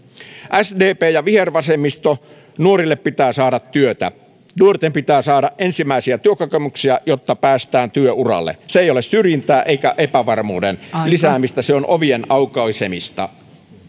sdp ja vihervasemmisto nuorille pitää saada työtä nuorten pitää saada niitä ensimmäisiä työkokemuksia jotta päästään työuralle se ei ole syrjintää eikä epävarmuuden lisäämistä se on ovien aukaisemista